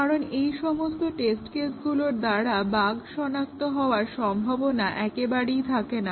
কারণ এই সমস্ত টেস্ট কেসগুলোর দ্বারা বাগ্ শনাক্ত হওয়ার সম্ভাবনা একেবারেই থাকে না